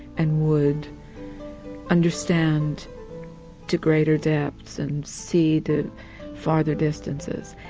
and would understand to greater depths and see the farther distances.